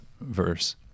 verse